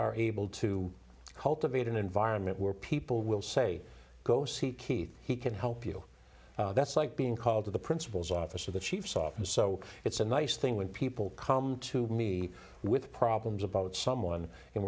are able to cultivate an environment where people will say go see keith he can help you that's like being called to the principal's office or the chief's office so it's a nice thing when people come to me with problems about someone and